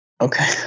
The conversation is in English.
Okay